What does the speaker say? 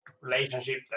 relationship